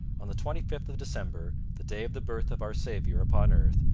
on the twenty-fifth of december, the day of the birth of our saviour upon earth,